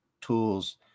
tools